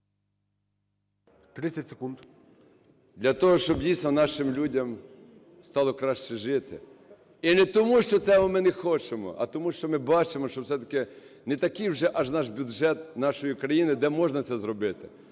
СПОРИШ І.Д. Для того, щоб, дійсно, нашим людям стало краще жити. І не тому, що цього ми не хочемо. А тому, що ми бачимо, що все-таки не такий вже аж наш бюджет нашої країни, де можна це зробити.